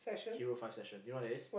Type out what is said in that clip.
hero fun session you know what that is